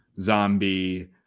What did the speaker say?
zombie